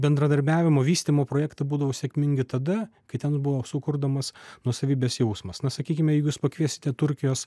bendradarbiavimo vystymo projektai būdavo sėkmingi tada kai ten buvo sukurdamas nuosavybės jausmas na sakykime jeigu jūs pakviesite turkijos